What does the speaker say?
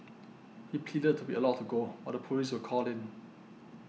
he pleaded to be allowed to go but the police were called in